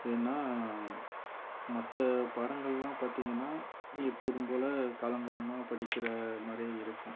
ஏனால் மற்ற பாடங்கள்லாம் பார்த்திங்கன்னா எப்போதும் போல காலங்காலமாக படிக்கிற மாதிரி இருக்கும்